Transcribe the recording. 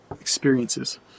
experiences